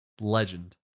Legend